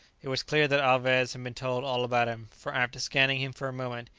it was clear that alvez had been told all about him, for after scanning him for a moment,